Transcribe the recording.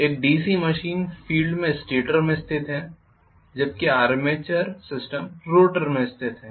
एक DC machine field में stator में स्थित है जबकि आर्मेचर सिस्टम रोटर में स्थित है